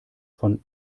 von